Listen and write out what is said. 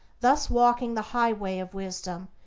thus walking the high way of wisdom,